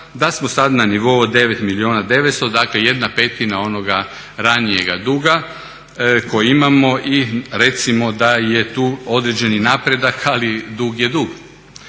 da smo sad na nivou od 9 milijuna 900, dakle 1/5 onoga ranijega duga koji imamo i recimo da je tu određeni napredak, ali dug je dug.